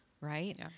right